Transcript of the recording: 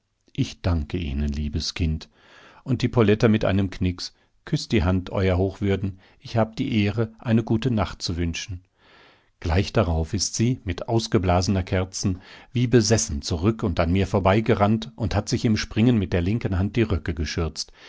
ich danke ihnen liebes kind und die poletta mit einem knicks küss die hand euer hochwürden ich hab die ehre eine gute nacht zu wünschen gleich darauf ist sie mit ausgeblasener kerzen wie besessen zurück und an mir vorbeigerannt und hat sich im springen mit der linken hand die röcke geschürzt